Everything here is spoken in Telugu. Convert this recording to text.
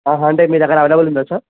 అంటే మీ దగ్గర అవైలబుల్ ఉందా సార్